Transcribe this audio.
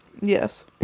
Yes